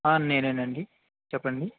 ఆ నేనే అండి చెప్పండి